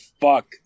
fuck